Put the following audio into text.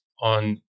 on